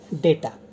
data